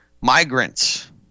migrants